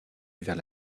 vers